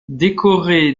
décoré